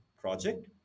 project